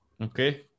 okay